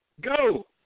Go